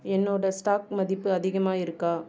என்னோட ஸ்டாக் மதிப்பு அதிகமாகியிருக்கா